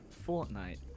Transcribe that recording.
Fortnite